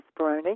Speroni